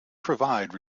provided